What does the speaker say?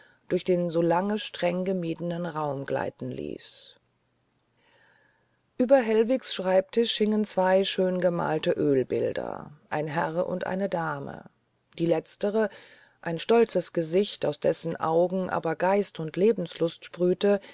durch den so lange streng gemiedenen raum gleiten ließ ueber hellwigs schreibtisch hingen zwei schöngemalte oelbilder ein herr und eine dame die letztere ein stolzes gesicht aus dessen augen aber geist und lebenslust sprühte